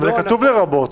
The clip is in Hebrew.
אבל כתוב "לרבות".